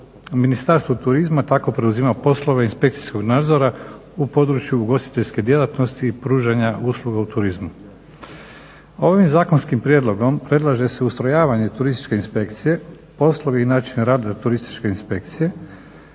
Ministarstvo turizma tako preuzima poslove inspekcijskog nadzora u području ugostiteljske djelatnosti i pružanja usluga u turizmu. Ovim zakonskim prijedlogom predlaže se ustrojavanje Turističke inspekcije, poslovi i način rada Turističke inspekcije